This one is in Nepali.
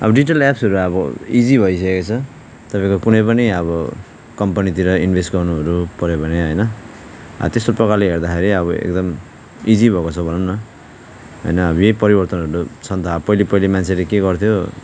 अब डिजिटल एप्सहरू अब इजी भइसकेको छ तपाईँको कुनै पनि अब कम्पनीतिर इन्भेस्ट गर्नुहरू पर्यो भने होइन त्यस्तो प्रकारले हेर्दाखेरि अब एकदम इजी भएको छ भनौँ न होइन अब यही परिवर्तनहरू छ नि त अब पहिला पहिला मान्छेहरूले के गर्थ्यो